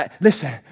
listen